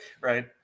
Right